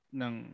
ng